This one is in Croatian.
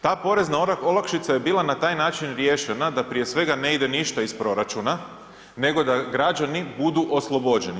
Ta porezna olakšica je bila na taj način riješena da prije svega ne ide ništa iz proračuna, nego da građani budu oslobođeni.